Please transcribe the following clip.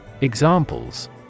Examples